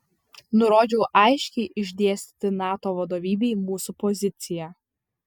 nurodžiau aiškiai išdėstyti nato vadovybei mūsų poziciją